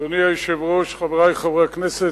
אדוני היושב-ראש, חברי חברי הכנסת,